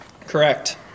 Correct